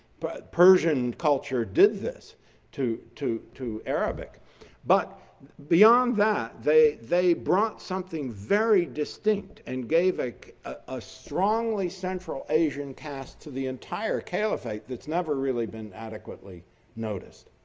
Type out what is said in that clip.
but persian culture did this to to arabic but beyond that, they they brought something very distinct and gave like a strongly central asian cast to the entire caliphate that's never really been adequately noticed.